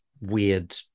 weird